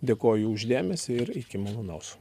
dėkoju už dėmesį ir iki malonaus